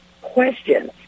questions